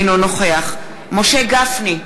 אינו נוכח משה גפני,